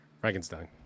Frankenstein